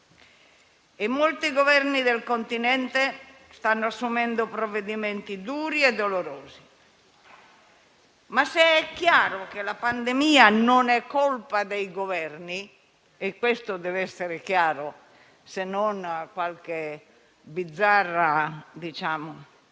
e molti Governi del continente stanno assumendo provvedimenti duri e dolorosi. Se è chiaro, però, che la pandemia non è colpa dei Governi - e questo deve essere chiaro, se non a qualche bizzarra diciamo